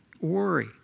Worry